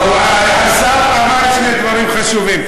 השר אמר שני דברים חשובים.